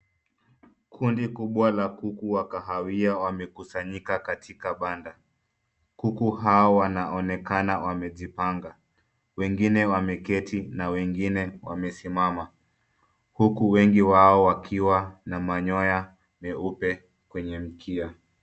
Kundi kubwa la kuku wa kahawia wamekusanyika katika banda. Kuku hawa wanaonekana wamejipanga. Wengine wameketi na wengine wamesimama. Huku wengi wao wakiwa na manyoya meupe kwenye mkia.